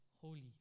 holy